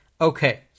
Okay